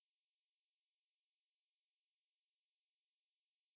some of the the functions will will not give you a notification